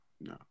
no